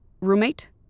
roommate